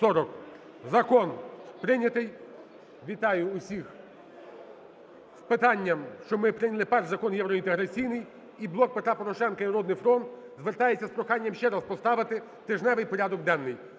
Закон прийнятий. Вітаю всіх з питанням, що ми прийняли перший закон євроінтеграційний. І "Блок Петра Порошенка", і "Народний фронт" звертаються з проханням ще раз поставити тижневий порядок денний.